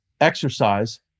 exercise